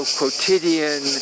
quotidian